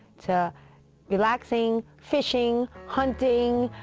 to relaxing, fishing, hunting,